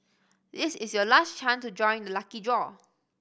this is your last chance to join the lucky draw